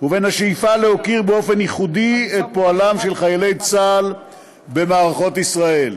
ובין השאיפה להוקיר באופן ייחודי את פועלם של חיילי צה"ל במערכות ישראל.